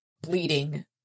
bleeding